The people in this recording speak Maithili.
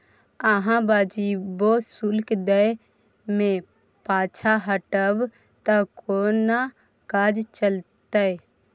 अहाँ वाजिबो शुल्क दै मे पाँछा हटब त कोना काज चलतै